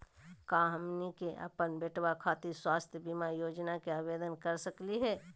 का हमनी के अपन बेटवा खातिर स्वास्थ्य बीमा योजना के आवेदन करे सकली हे?